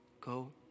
Go